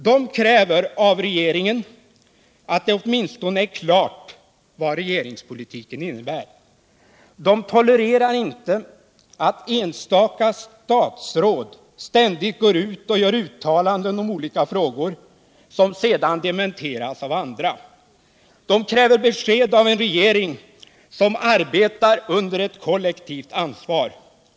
De kräver av regeringen att det åtminstone är klart vad regeringspolitiken innebär. De tolererar inte att enstaka statsråd ständigt gör uttalanden om olika frågor som sedan dementeras av andra. De kräver besked av en regering som arbetar under ett kollektivt ansvar.